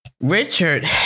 Richard